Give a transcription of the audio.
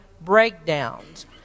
breakdowns